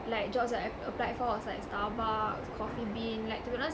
like jobs that I've applied for was like Starbucks Coffee Bean like to be honest